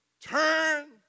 turn